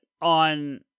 on